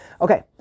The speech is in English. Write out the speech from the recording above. Okay